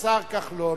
השר כחלון.